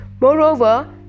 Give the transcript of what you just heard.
Moreover